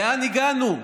לאן הגענו?